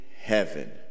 heaven